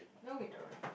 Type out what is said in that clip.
no we don't